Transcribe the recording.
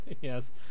Yes